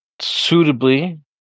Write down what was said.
suitably